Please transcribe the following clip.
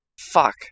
Fuck